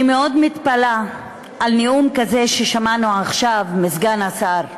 אני מאוד מתפלאת על הנאום הזה ששמענו עכשיו מסגן השר פרוש.